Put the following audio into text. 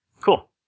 Cool